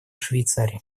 швейцарии